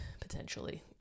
potentially